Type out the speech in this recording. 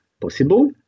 possible